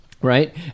Right